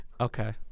Okay